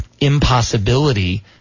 impossibility